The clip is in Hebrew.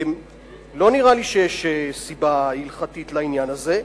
לא נראה לי שיש סיבה הלכתית לעניין הזה,